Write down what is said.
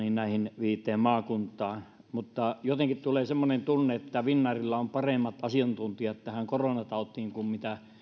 näihin viiteen maakuntaan jotenkin tulee semmoinen tunne että finnairilla on paremmat asiantuntijat tähän koronatautiin kuin